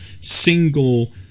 single